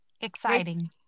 Exciting